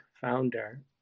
founder